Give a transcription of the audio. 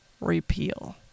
repeal